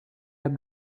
had